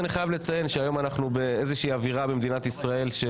אני חייב לציין שהיום אנחנו באיזושהי אווירה במדינת ישראל.